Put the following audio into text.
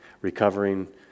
Recovering